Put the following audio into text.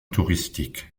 touristique